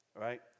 right